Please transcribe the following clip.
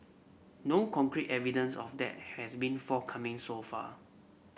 no concrete evidence of that has been forthcoming so far